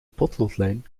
potloodlijn